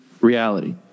reality